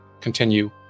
continue